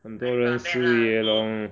很多人失业 lor